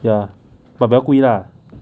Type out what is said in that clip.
ya but 比较贵 lah